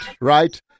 Right